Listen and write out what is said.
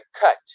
cut